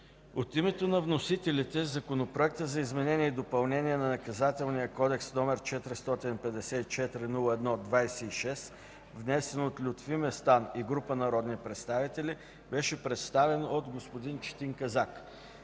От името на вносителите Законопроектът за изменение и допълнение на Наказателния кодекс, № 454-01-26, внесен от Лютви Местан и група народни представители, беше представен от господин Четин Казак.